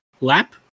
Lap